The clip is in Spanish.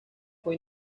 fue